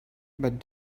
but